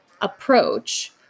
approach